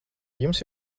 jums